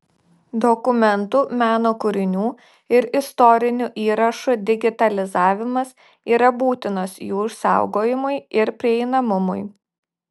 dokumentų meno kūrinių ir istorinių įrašų digitalizavimas yra būtinas jų išsaugojimui ir prieinamumui